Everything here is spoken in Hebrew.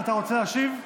אתה רוצה להשיב?